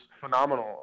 phenomenal